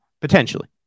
potentially